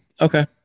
okay